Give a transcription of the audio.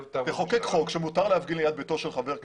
תחוקק חוק שמותר להפגין ליד ביתו של חבר כנסת.